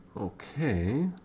Okay